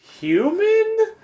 Human